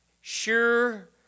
sure